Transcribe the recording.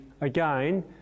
again